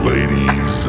Ladies